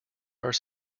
are